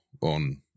on